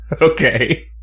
Okay